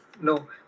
no